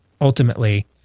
ultimately